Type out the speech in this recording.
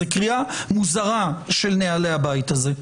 זאת קריאה מוזרה של נהלי הבית הזה.